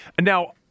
Now